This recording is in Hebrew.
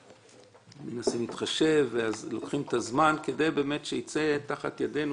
מנסים להתחשב ולוקחים את הזמן כדי שיצא תחת ידינו